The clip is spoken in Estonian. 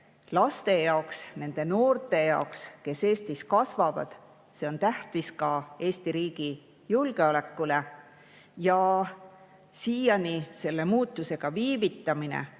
laste jaoks, nende noorte jaoks, kes Eestis kasvavad. See on tähtis ka Eesti riigi julgeolekule. Selle muutusega viivitamine